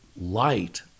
light